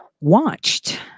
watched